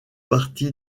parti